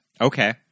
Okay